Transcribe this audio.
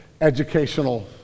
educational